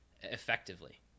effectively